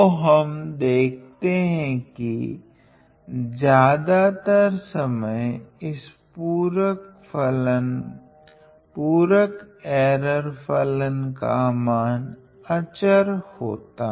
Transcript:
तो हम देखते है कि ज़्यादातर समय इस पूरक एर्र फलन का मान अचर होता हैं